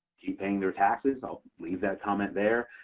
keep paying their taxes. i'll leave that comment there.